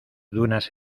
dunas